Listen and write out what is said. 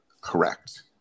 correct